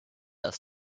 das